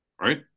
right